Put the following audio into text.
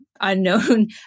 unknown